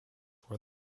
where